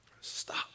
Stop